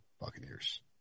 Buccaneers